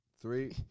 Three